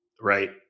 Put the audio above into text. right